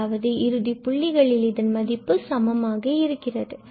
அதாவது இறுதி புள்ளிகளில் இதன் மதிப்பு சமமாக இருக்கிறது